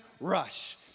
rush